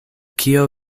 kio